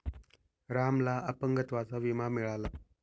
रामला अपंगत्वाचा विमा मिळाला